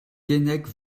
keinec